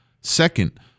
Second